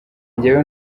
njyewe